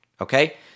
okay